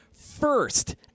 first